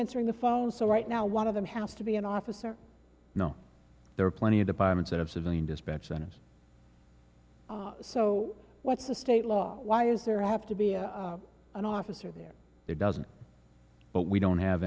answering the phone so right now one of them has to be an officer no there are plenty of departments that have civilian dispatch and it's so what's the state law why is there have to be a an officer there it doesn't but we don't have